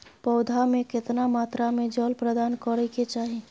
पौधा में केतना मात्रा में जल प्रदान करै के चाही?